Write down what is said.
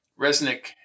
Resnick